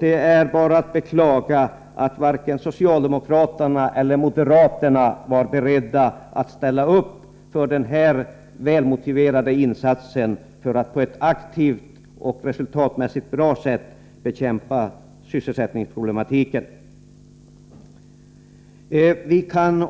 Det är bara att beklaga att varken socialdemokraterna eller moderaterna var beredda att ställa upp bakom denna välmotiverade insats för att på ett aktivt och resultatmässigt bra sätt bekämpa sysselsättningsproblematiken. Vi kan